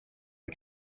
und